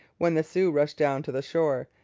when the sioux rushed down to the shore,